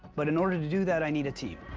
but in order to do that, i need a team.